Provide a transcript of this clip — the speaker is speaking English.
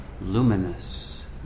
luminous